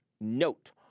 Note